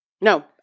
No